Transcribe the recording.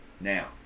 now